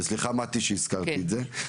וסליחה מטי שהזכרתי את זה,